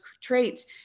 traits